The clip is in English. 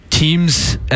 Teams